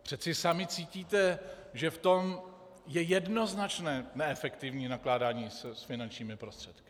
Přece sami cítíte, že v tom je jednoznačné neefektivní nakládání s finančními prostředky.